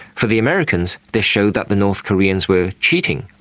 for the americans, this showed that the north koreans were cheating.